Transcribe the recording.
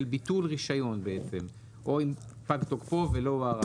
של ביטול רישיון או אם פג תוקפו ולא הוארך,